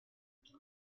jag